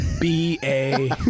B-A